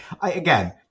again